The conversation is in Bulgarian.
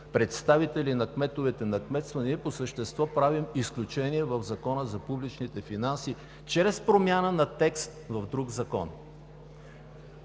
представители на кметовете на кметства, ние по същество правим изключение в Закона за публичните финанси чрез промяна на текст в друг закон.